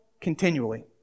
continually